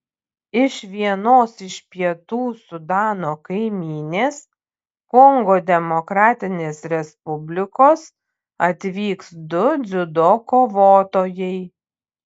iš vienos iš pietų sudano kaimynės kongo demokratinės respublikos atvyks du dziudo kovotojai